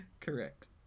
Correct